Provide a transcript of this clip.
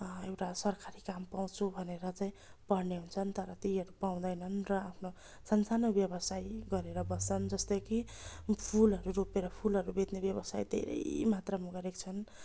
एउटा सरकारी काम पाउँछु भनेर चाहिँ पढ्ने हुन्छन् तर त्योहरू पाउँदैनन् र आफ्नो सान्सानो व्यवसाय गरेर बस्छन् जस्तै कि फुलहरू रोपेर फुलहरू बेच्ने व्यवसाय धेरै मात्रमा गरेका छन्